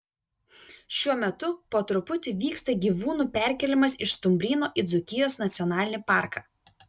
šiuo metu po truputį vyksta gyvūnų perkėlimas iš stumbryno į dzūkijos nacionalinį parką